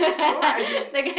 no lah as in